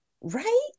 Right